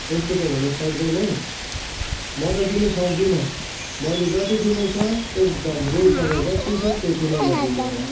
यस्तो त हुनु सक्दैन है म त दिनु सक्दिनँ मैले जति दिनु छ एकदम रुलसँग जति छ त्यति नै म दिने हो